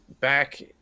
back